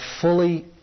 fully